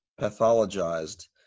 pathologized